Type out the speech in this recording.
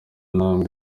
ntambwe